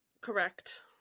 Correct